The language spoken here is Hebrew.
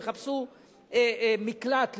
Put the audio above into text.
יחפשו מקלט למס,